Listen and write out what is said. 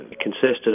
consisted